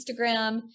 Instagram